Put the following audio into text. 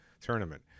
tournament